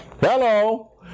Hello